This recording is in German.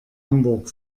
hamburg